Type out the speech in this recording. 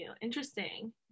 interesting